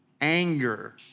anger